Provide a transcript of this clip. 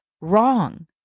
wrong